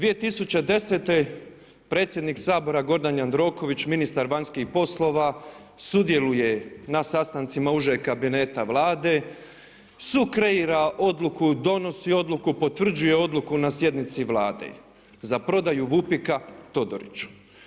2010. predsjednik Sabora Gordan Jandroković, ministar vanjskih poslova sudjeluje na sastancima užeg kabineta Vlade, sukreira odluku, donosi odluku, potvrđuje odluku na sjednici Vlade za prodaje VUPIK-a Todoriću.